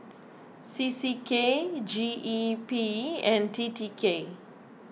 C C K G E P and T T K